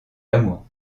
l’amour